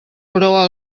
però